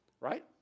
right